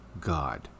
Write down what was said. God